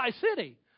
city